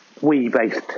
We-based